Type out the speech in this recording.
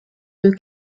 deux